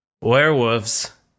werewolves